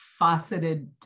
Faceted